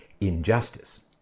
injustice